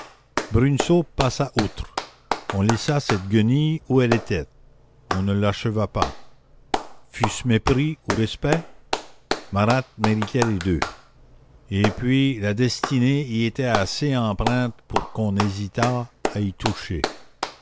bruneseau passa outre on laissa cette guenille où elle était on ne l'acheva pas fut-ce mépris ou respect marat méritait les deux et puis la destinée y était assez empreinte pour qu'on hésitât à y toucher